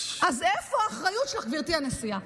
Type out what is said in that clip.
אז איפה האחריות שלך, גברתי הנשיאה?